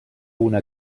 una